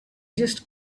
just